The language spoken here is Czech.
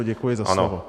Děkuji za slovo.